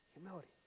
humility